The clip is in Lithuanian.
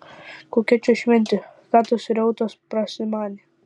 kokia čia šventė ką tas reutas prasimanė